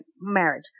marriage